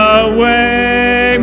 away